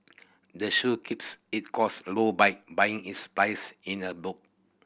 the shop keeps its cost low by buying its supplies in a bulk